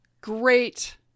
great